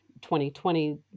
2020